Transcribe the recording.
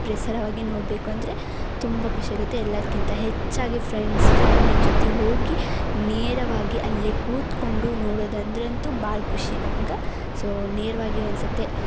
ಪ್ರಸಾರವಾಗಿ ನೋಡಬೇಕು ಅಂದರೆ ತುಂಬ ಖುಷಿಯಾಗುತ್ತೆ ಎಲ್ಲದಕ್ಕಿಂತ ಹೆಚ್ಚಾಗಿ ಫ್ರೆಂಡ್ಸ್ ಫ್ಯಾಮ್ಲಿ ಜೊತೆ ಹೋಗಿ ನೇರವಾಗೇ ಅಲ್ಲೇ ಕೂತುಕೊಂಡು ನೋಡೋದಂದರಂತೂ ಭಾಳ ಖುಷಿ ನಮ್ಗೆ ಸೋ ನೇರವಾಗೇ ಒಂದು ಸತಿ